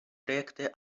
rekte